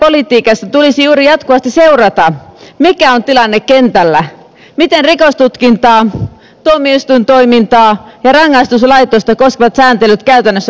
suomalaisessa kriminaalipolitiikassa tulisi juuri jatkuvasti seurata mikä on tilanne kentällä miten rikostutkintaa tuomioistuintoimintaa ja rangaistuslaitosta koskevat sääntelyt käytännössä vaikuttavat